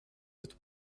with